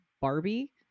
Barbie